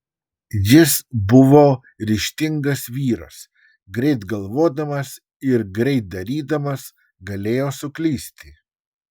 jis buvo ryžtingas vyras greit galvodamas ir greit darydamas galėjo suklysti